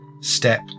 Step